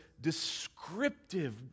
descriptive